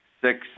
six